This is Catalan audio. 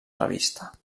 revista